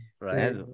Right